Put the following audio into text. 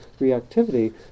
reactivity